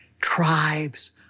tribes